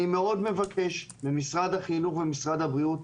אני מאוד מבקש ממשרד החינוך ומשרד הבריאות,